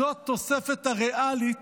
זו התוספת הריאלית